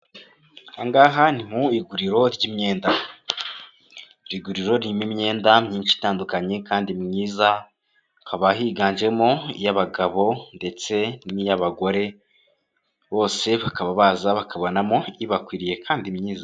Aha ni mu iguriro ry'imyenda ririmo imyenda myinshi itandukanye kandi myiza hakaba higanjemo iy'abagabo ndetse n'iyabagore bose bakaba baza bakabonamo ibakwiriye kandi myiza.